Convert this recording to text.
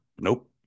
Nope